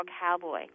Cowboy